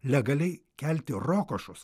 legaliai kelti rokošus